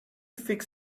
fix